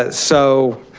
ah so.